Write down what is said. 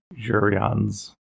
Jurians